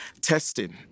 testing